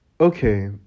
Okay